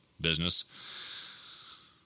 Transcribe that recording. business